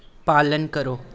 पालन करो